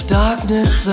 darkness